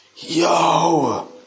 yo